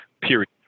period